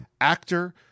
actor